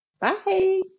Bye